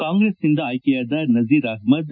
ಕಾಂಗ್ರೆಸ್ನಿಂದ ಆಯ್ಕೆಯಾದ ನಜೀರ್ ಆಹಮದ್